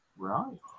Right